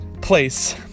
place